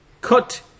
cut